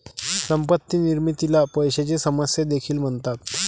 संपत्ती निर्मितीला पैशाची समस्या देखील म्हणतात